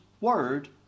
word